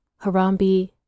Harambee